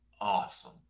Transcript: Awesome